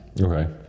Okay